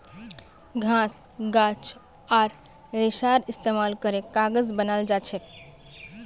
घास गाछ आर रेशार इस्तेमाल करे कागज बनाल जाछेक